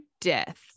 death